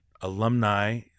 alumni